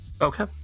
Okay